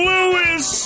Lewis